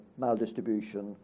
maldistribution